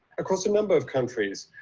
across a number of countries,